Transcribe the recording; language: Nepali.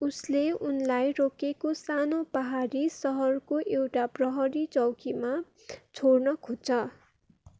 उसले उनलाई रोकेको सानो पाहाडी सहरको एउटा प्रहरी चौकीमा छोड्न खोज्छ